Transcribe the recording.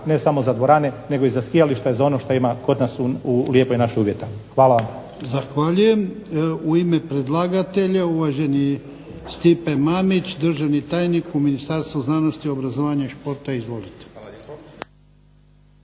ne samo za dvorane nego za skijališta i ono što ima kod nas u lijepoj našoj uvjeta. Hvala vam. **Jarnjak, Ivan (HDZ)** Zahvaljujem. U ime predlagatelja uvaženi Stipe Mamić državni tajnik u Ministarstvu znanosti, obrazovanja i športa. Izvolite. **Mamić,